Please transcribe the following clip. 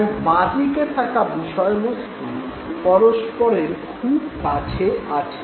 তাই বাঁদিকে থাকা বিষয়বস্তু পরস্পরের খুব কাছে আছে